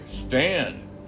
stand